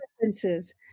differences